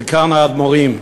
זקן האדמו"רים,